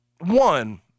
one